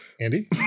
Andy